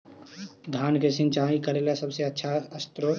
धान मे सिंचाई करे ला सबसे आछा स्त्रोत्र?